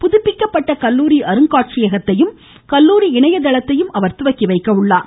புதுப்பிக்கப்பட்ட கல்லூரி அருங்காட்சியகத்தையும் கல்லூரி இணையதளத்தையும் அவர் துவக்கி வைக்கிறார்